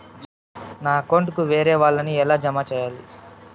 నా అకౌంట్ కు వేరే వాళ్ళ ని ఎలా జామ సేయాలి?